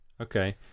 okay